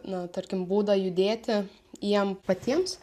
nu tarkim būdą judėti jiem patiems